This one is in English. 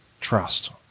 trust